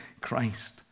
Christ